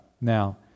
now